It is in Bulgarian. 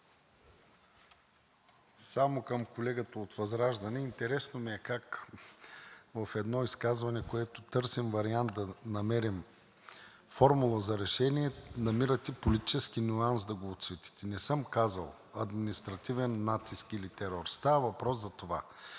Само към колегата от ВЪЗРАЖДАНЕ. Интересно ми е как в едно изказване, в което търсим вариант да намерим формула за решение, намирате политически нюанс да го оцветите. Не съм казал „административен натиск“ или „терор“. Става въпрос за това: